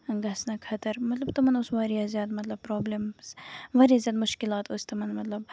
گژھنہٕ خٲطرٕ مطلب تِمَن اوس واریاہ زیادٕ مطلب پرابلمٕز واریاہ زیادٕ مُشکِلات ٲسۍ تِمن مطلب